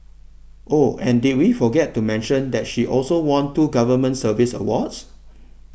oh and did we forget to mention that she also won two government service awards